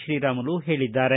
ಶ್ರೀರಾಮುಲು ಹೇಳಿದ್ದಾರೆ